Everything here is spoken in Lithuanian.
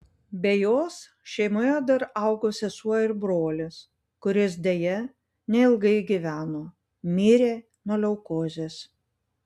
be jos šeimoje dar augo sesuo ir brolis kuris deja neilgai gyveno mirė nuo leukozės